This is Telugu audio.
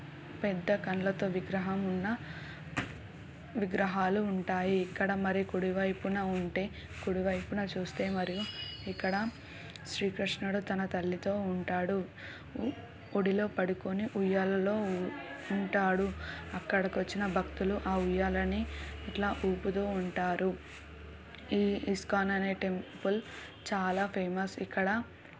పెద్ద కళ్ళతో విగ్రహం ఉన్న విగ్రహాలు ఉంటాయి ఇక్కడ మరి కుడివైపున ఉంటే కుడివైపున చూస్తే మరియు ఇక్కడ శ్రీకృష్ణుడు తన తల్లితో ఉంటాడు ఒడిలో పడుకొని ఉయ్యాలలో ఉంటాడు అక్కడికి వచ్చిన భక్తులు ఆ ఉయ్యాలని ఇట్లా ఊపుతూ ఉంటారు ఈ ఇస్కాన్ అనే టెంపుల్ చాలా ఫేమస్ ఇక్కడ